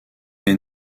est